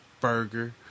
burger